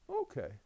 Okay